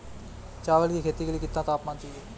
चावल की खेती के लिए कितना तापमान चाहिए?